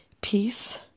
Peace